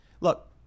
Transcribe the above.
Look